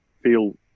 feel